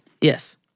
Yes